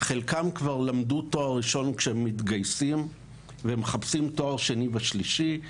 וחלקם כבר למדו תואר ראשון כשהתגייסו ומחפשים תואר שני ושלישי.